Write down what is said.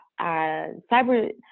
Cyber